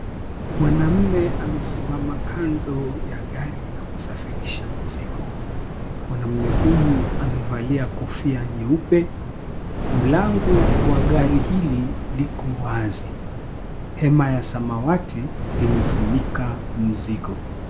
Mwanamume amesimama kando ya gari ya kusafirisha mizigo, mwanamume huyu amevalia kofia nyeupe. Mlango wa gari hili liko wazi, hema la samawati limefunika mzigo.